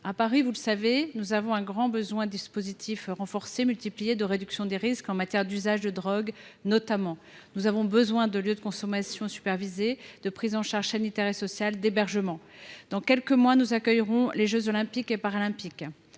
À Paris, il y a grand besoin d’un dispositif renforcé de réduction des risques en matière d’usage de drogue notamment. Nous avons besoin de lieux de consommation supervisée, de prise en charge sanitaire et sociale, d’hébergements. Dans quelques mois, nous accueillerons les jeux Olympiques et Paralympiques.